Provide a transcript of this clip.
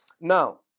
Now